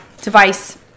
device